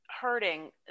hurting